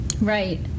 Right